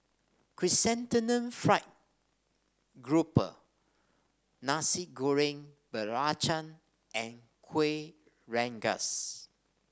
Chrysanthemum Fried Grouper Nasi Goreng Belacan and Kueh Rengas